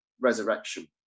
resurrection